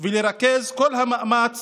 לרכז כל המאמץ